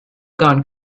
gone